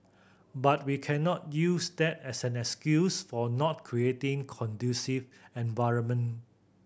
but we cannot use that as an excuse for not creating conducive environment